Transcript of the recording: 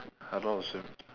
I don't know how to swim